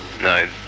No